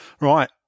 Right